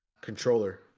controller